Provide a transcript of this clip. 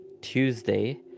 Tuesday